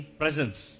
presence